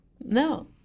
No